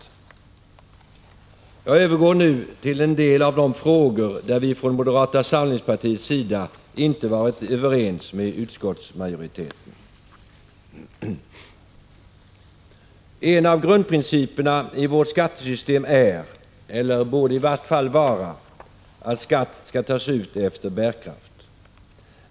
— 5 juni 1986 Jag övergår nu till en del av de frågor där vi från moderata samlingspartiets sida inte varit överens med utskottsmajoriteten. En av grundprinciperna i vårt skattesystem är, eller borde i vart fall vara, att skatt skall tas ut efter bärkraft.